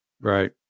Right